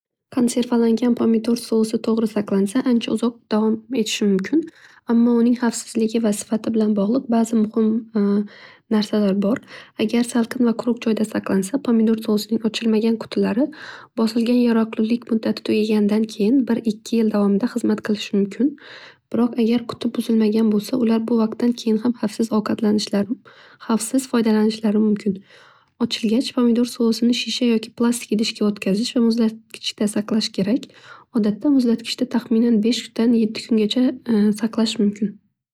Konservalangan pomidor sousi to'g'ri tanlansa ancha uzoq davom etishi mumkin. Ammo uning xavfsizligi va sifati bilan bog'liq bazi muhim narsalar bor. Agar salqin va quruq joyda saqlansa sousning ochilmagan qutilari bosilgan yaroqlilik muddati tugagandan keyin bir ikki yil davomida xizmat qilishi mumkin. Biroq agar quti buzilmagan bo'lsa u vaqtdan keyin ham xavfsiz foydalanishlari mumkin. Ochilgach pomidir sousini shisha va plastik idishga o'tkazish va muzlatgichda saqlash kerak. Odatda muzlatgichda tahminan besh kundan yetti kungacha saqlash mumkin.